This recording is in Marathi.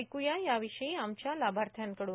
ऐक् या याविषयी आमच्या लाभार्थ्याकड्रन